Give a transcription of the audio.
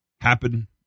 happen